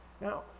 Now